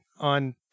on